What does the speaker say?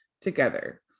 together